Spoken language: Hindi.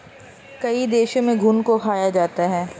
कई देशों में घुन को खाया जाता है